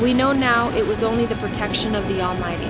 we know now it was only the protection of the almighty